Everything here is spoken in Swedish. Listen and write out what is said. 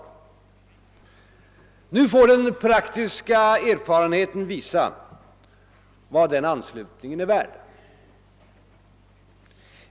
Nu får den praktiska erfarenheten visa vad den anslutningen är värd.